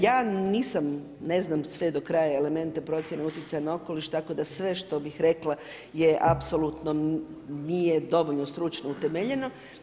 Ja nisam, ne znam sve do kraja elemente procjene utjecaja na okoliš, tako da sve što bih rekla je apsolutno, nije dovoljno stručno utemeljeno.